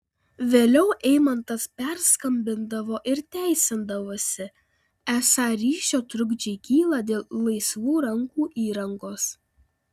vėliau eimantas perskambindavo ir teisindavosi esą ryšio trukdžiai kyla dėl laisvų rankų įrangos